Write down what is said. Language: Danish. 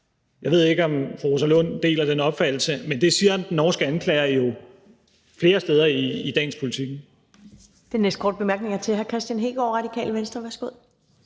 Jeg ved ikke, om fru Rosa Lund deler den opfattelse, men det siger den norske anklager jo flere steder i dagens Politiken.